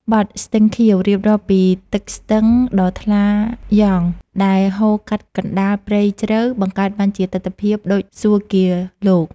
បទ «ស្ទឹងខៀវ» រៀបរាប់ពីទឹកស្ទឹងដ៏ថ្លាយង់ដែលហូរកាត់កណ្តាលព្រៃជ្រៅ បង្កើតបានជាទិដ្ឋភាពដូចសួគ៌ាលោក។